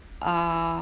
uh